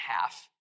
half